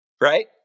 right